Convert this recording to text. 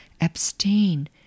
Abstain